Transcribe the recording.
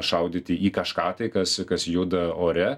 šaudyti į kažką tai kas kas juda ore